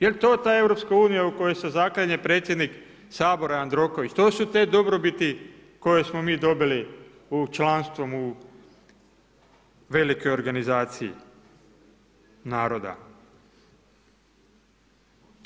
Je li to ta EU u koju se zaklinje predsjednik Sabora Jandroković, to su te dobrobiti koje smo mi dobili članstvom u velikoj organizaciji naroda.